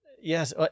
Yes